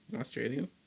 Australian